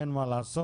ואין מה לעשות.